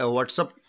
WhatsApp